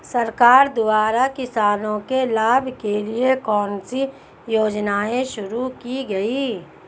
सरकार द्वारा किसानों के लाभ के लिए कौन सी योजनाएँ शुरू की गईं?